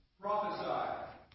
Prophesy